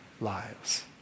lives